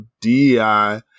DEI